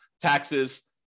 taxes